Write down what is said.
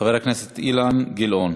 חבר הכנסת אילן גילאון.